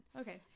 Okay